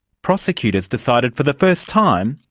prosecutors decided, for the first time,